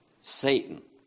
Satan